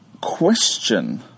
question